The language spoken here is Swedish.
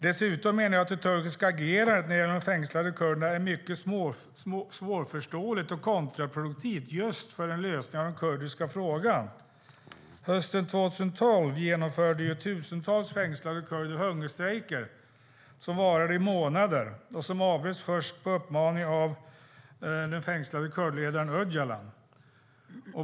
Dessutom menar jag att det turkiska agerandet när det gäller de fängslade kurderna är mycket svårförståeligt och kontraproduktivt för en lösning av den kurdiska frågan. Hösten 2012 genomförde tusentals fängslade kurder hungerstrejker som varade i månader och som avbröts först på uppmaning av den fängslade kurdledaren Öcalan.